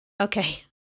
Okay